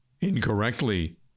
incorrectly